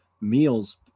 meals